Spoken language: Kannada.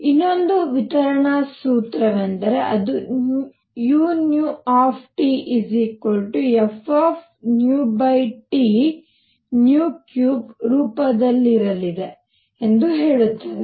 ಇನ್ನೊಂದು ವಿತರಣಾ ಸೂತ್ರವೆಂದರೆ ಅದು u fT3ರೂಪದಲ್ಲಿರಲಿದೆ ಎಂದು ಹೇಳುತ್ತದೆ